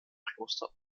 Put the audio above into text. kloster